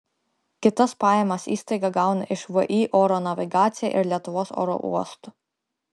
kitas pajamas įstaiga gauna iš vį oro navigacija ir lietuvos oro uostų